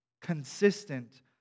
consistent